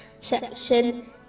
section